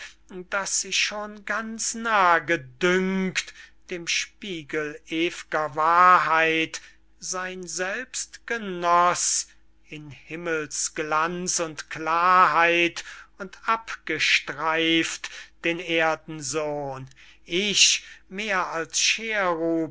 das sich schon ganz nah gedünkt dem spiegel ew'ger wahrheit sein selbst genoß in himmelsglanz und klarheit und abgestreift den erdensohn ich mehr als cherub